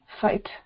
fight